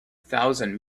thousand